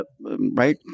right